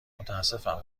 متاسفم